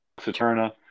Saturna